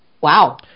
wow